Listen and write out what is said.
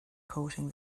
coating